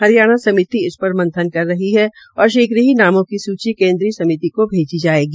हरियाणा समिति इस र मंथन कर रही है और शीघ्र ही नामों की सूची केन्द्रीय समिति को भेजी जायेगी